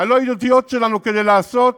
הלא-ידידותיות שלנו כדי לעשות